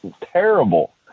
terrible